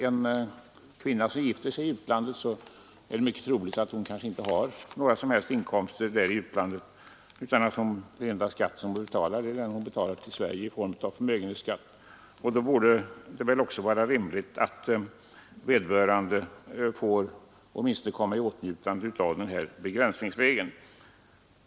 En kvinna som gifter sig i utlandet har troligen inte några som helst inkomster där, utan den enda skatt hon betalar är den som går till Sverige i form av förmögenhetsskatt. Då borde det också vara rimligt att vederbörande får komma i åtnjutande av begränsningsregeln.